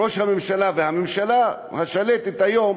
ראש הממשלה והממשלה השלטת היום